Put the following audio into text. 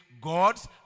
God's